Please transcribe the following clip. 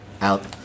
out